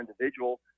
individual